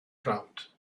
crowd